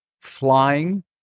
flying